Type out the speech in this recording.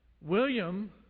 William